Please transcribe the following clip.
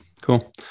cool